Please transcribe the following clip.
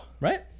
Right